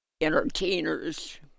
entertainers